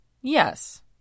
Yes